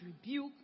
rebuke